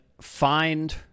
find